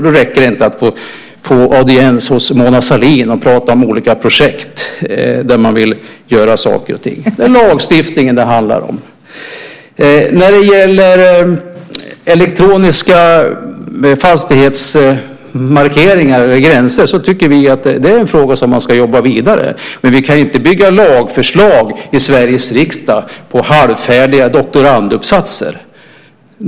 Då räcker det inte att få audiens hos Mona Sahlin och prata om olika projekt där man vill göra saker och ting. Det är lagstiftningen det handlar om. Elektroniska fastighetsmarkeringar över gränser tycker vi är en fråga som man ska jobba vidare med. Men vi kan inte bygga lagförslag i Sveriges riksdag på halvfärdiga doktoranduppsatser.